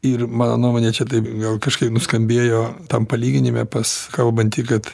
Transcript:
ir mano nuomone čia gal kažkaip nuskambėjo tam palyginime pas kalbantį kad